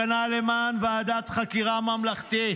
הפגנה למען ועדת חקירה ממלכתית